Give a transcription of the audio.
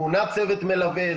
מונה צוות מלווה.